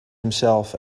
himself